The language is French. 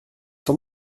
sans